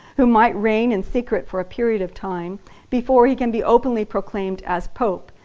who might reign in secret for a period of time before he can be openly proclaimed as pope,